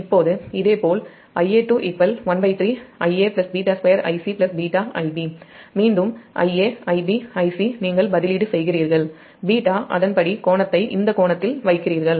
இப்போது இதேபோல் மீண்டும் Ia Ib Ic நீங்கள் சப்ஸ்ட்டியூட் செய்கிறீர்கள் அதன்படி கோணத்தை βஇந்த கோணத்தில் வைக்கிறீர்கள்